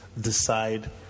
decide